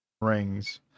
rings